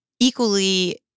equally